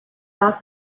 off